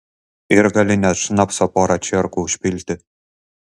ir gali net šnapso porą čierkų užpilti